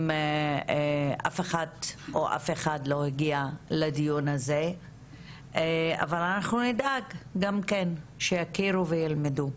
אף אחד לא הגיע לדיון הזה אבל אנחנו נדאג גם כן שיכירו וילמדו.